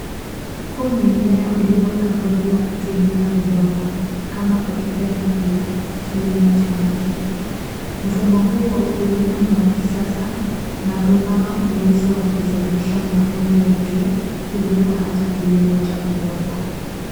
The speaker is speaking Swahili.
Huu ni mmea uliopandwa bila kutumia udongo ama ukipenda pia, kilimo cha maji. Mfumo huu wa kilimo ni wa kisasa na unao uwezo wa kuzalisha mavuno ya juu kuliko hata kilimo cha udongo.